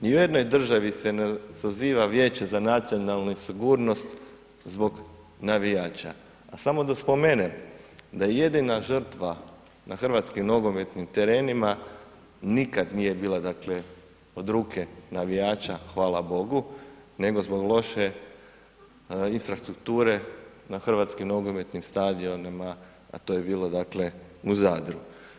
Ni u jednoj državi se ne saziva Vijeće za nacionalnu sigurnost zbog navijača a samo da spomenem da je jedina žrtva na hrvatskim nogometnim terenima nikad nije bila o ruke navijača, hvala bogu nego zbog loše infrastrukture na hrvatskim nogometnim stadionima a to je bilo u Zadru.